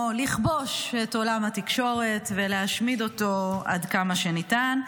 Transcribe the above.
לכבוש את עולם התקשורת ולהשמיד אותו עד כמה שניתן.